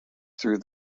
through